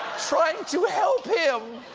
trying to help him!